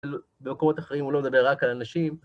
במקומות אחרים הוא לא מדבר רק על אנשים.